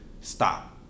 Stop